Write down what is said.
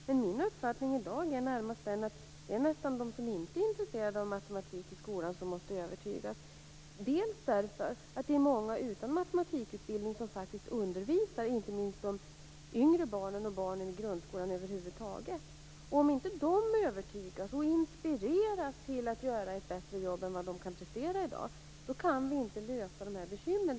Men min uppfattning i dag är närmast den att det är de som inte är intresserade av matematik i skolan som måste övertygas, bl.a. därför att det är många utan matematikutbildning som faktiskt undervisar inte minst de yngre barnen och barnen i grundskolan över huvud taget. Om inte de övertygas och inspireras till att göra ett bättre jobb än de i dag kan prestera, då kan vi inte lösa dessa bekymmer.